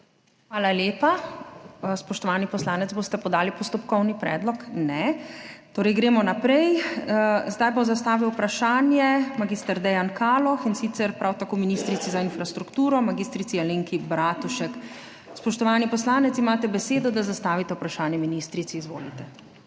Hvala lepa. Spoštovani poslanec, boste podali postopkovni predlog? Ne. Torej gremo naprej. Zdaj bo zastavil vprašanje mag. Dejan Kaloh, in sicer prav tako ministrici za infrastrukturo mag. Alenki Bratušek. Spoštovani poslanec, imate besedo, da zastavite vprašanje ministrici, izvolite.